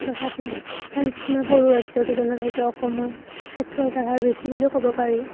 তথাপিও আন কিছুমান সৰু ৰাজ্য়ৰ তুলনাত হয়তো অসমৰ সাক্ষৰতাৰ হাৰ বেছি বুলিও ক'ব পাৰি